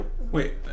Wait